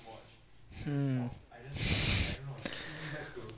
hmm